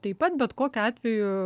taip pat bet kokiu atveju